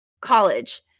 college